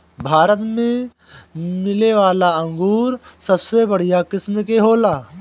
भारत में मिलेवाला अंगूर सबसे बढ़िया किस्म के होला